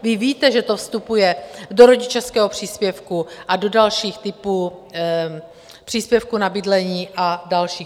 Vy víte, že to vstupuje do rodičovského příspěvku a do dalších typů, příspěvku na bydlení a dalších.